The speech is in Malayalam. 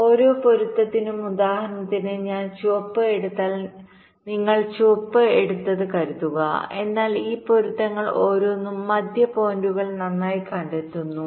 ഈ ഓരോ പൊരുത്തത്തിനും ഉദാഹരണത്തിന് ഞാൻ ചുവപ്പ് എടുത്താൽ നിങ്ങൾ ചുവപ്പ് എടുത്തതാണെന്ന് കരുതുക എന്നാൽ ഈ പൊരുത്തങ്ങൾ ഓരോന്നും മധ്യ പോയിന്റുകൾ നന്നായി കണ്ടെത്തുന്നു